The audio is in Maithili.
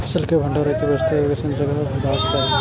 फसल के भंडारण के व्यवस्था केसन जगह हेबाक चाही?